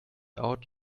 out